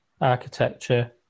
architecture